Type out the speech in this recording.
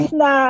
na